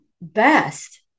best